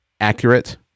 accurate